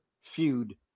feud